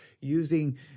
using